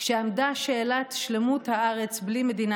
כשעמדה שאלת שלמות הארץ בלי מדינה